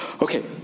Okay